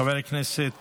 חבר הכנסת